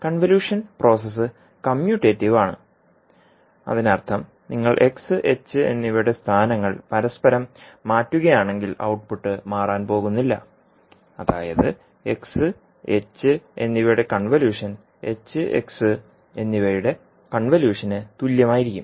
convolution process commutative ആണ് അതിനർത്ഥം നിങ്ങൾ xh എന്നിവയുടെ സ്ഥാനങ്ങൾ പരസ്പരം മാറ്റുകയാണെങ്കിൽ ഔട്ട്പുട്ട് മാറാൻ പോകുന്നില്ല അതായത് xh എന്നിവയുടെ കൺവല്യൂഷൻ hx എന്നിവയുടെ കൺവല്യൂഷന് തുല്യമായിരിക്കും